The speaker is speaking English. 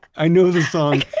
i know the song